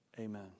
Amen